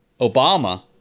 Obama